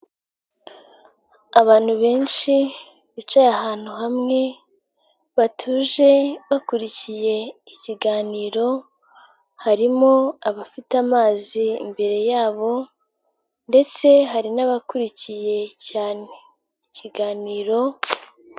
Abantu benshi bicaye ahantu hamwe batuje bakurikiye ikiganiro, harimo abafite amazi imbere yabo ndetse hari n'abakurikiye cyane ikiganiro.